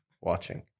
watching